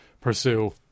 pursue